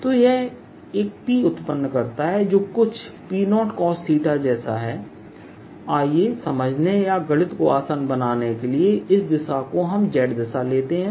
तो यह एक P उत्पन्न करता है जो कुछ P0 cosजैसा है आइए समझने या गणित को आसान बनाने के लिए इस दिशा को हम z दिशा लेते हैं